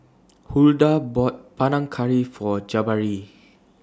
Huldah bought Panang Curry For Jabari